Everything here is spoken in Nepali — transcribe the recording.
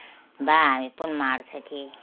बा हामी पनि मार्छ कि